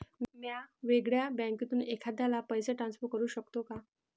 म्या वेगळ्या बँकेतून एखाद्याला पैसे ट्रान्सफर करू शकतो का?